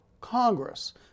Congress